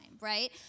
right